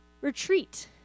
retreat